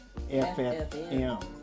FFM